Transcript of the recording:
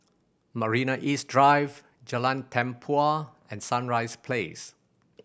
Marina East Drive Jalan Tempua and Sunrise Place